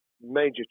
major